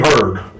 heard